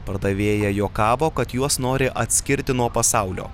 pardavėja juokavo kad juos nori atskirti nuo pasaulio